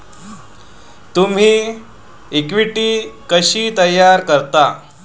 तुम्ही इक्विटी कशी तयार करता?